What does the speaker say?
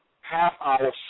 half-hour